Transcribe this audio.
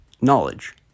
knowledge